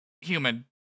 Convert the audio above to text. Human